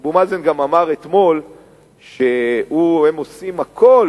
אבו מאזן גם אמר אתמול שהם עושים הכול,